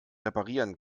reparieren